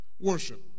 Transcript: worship